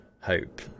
hope